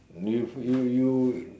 you you you